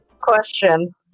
Question